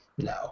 No